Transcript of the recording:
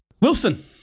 Wilson